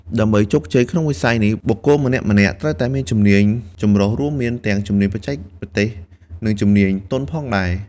ដើម្បីជោគជ័យក្នុងវិស័យនេះ បុគ្គលម្នាក់ៗត្រូវតែមាន ជំនាញចម្រុះ រួមមានទាំងជំនាញបច្ចេកទេស និងជំនាញទន់ផងដែរ។